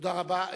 תודה רבה.